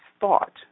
thought